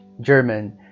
German